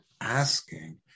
asking